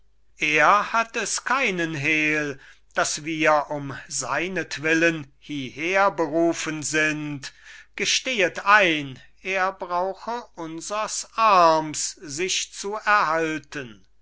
er hat es keinen hehl daß wir um seinetwillen hieher berufen sind gestehet ein er brauche unsers arms sich zu erhalten